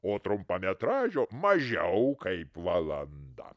o trumpametražio mažiau kaip valanda